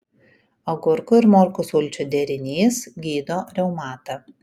agurkų ir morkų sulčių derinys gydo reumatą